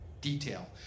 detail